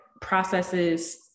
processes